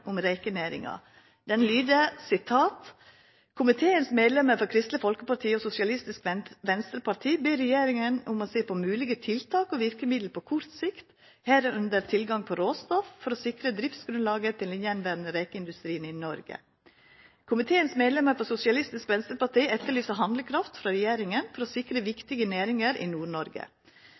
om rekenæringa, som lyder: «Komiteens medlemmer fra Kristelig Folkeparti og Sosialistisk Venstreparti ber regjeringen om å se på mulige tiltak og virkemidler på kort sikt, herunder tilgang på råstoff, for å sikre driftsgrunnlaget til den gjenværende rekeindustrien i Norge. Komiteens medlem fra Sosialistisk Venstreparti etterlyser handlekraft fra regjeringen for å sikre viktige næringer i